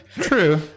True